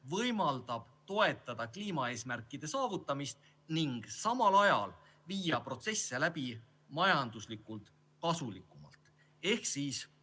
võimaldavad toetada kliimaeesmärkide saavutamist ning samal ajal viia protsesse läbi majanduslikult kasulikumalt. Ehk jutt